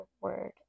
word